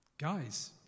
Guys